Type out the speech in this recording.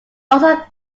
also